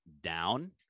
down